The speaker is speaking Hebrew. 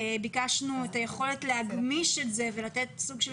ביקשנו את היכולת להגמיש את זה ולתת סוג של